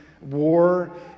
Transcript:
war